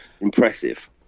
impressive